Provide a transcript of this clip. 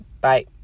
Bye